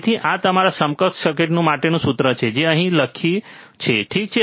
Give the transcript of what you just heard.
તેથી આ તમારા સમકક્ષ સર્કિટ માટેનું સૂત્ર છે જે અમે અહીં લખ્યું છે ઠીક છે